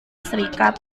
serikat